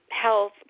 health